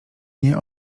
nie